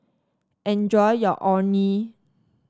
enjoy your Orh Nee